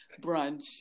brunch